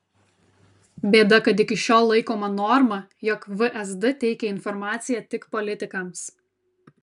bėda kad iki šiol laikoma norma jog vsd teikia informaciją tik politikams